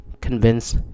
convince